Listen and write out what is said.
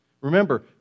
Remember